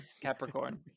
Capricorn